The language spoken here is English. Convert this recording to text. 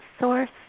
source